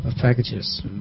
packages